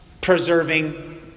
preserving